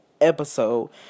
episode